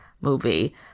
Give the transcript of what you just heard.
movie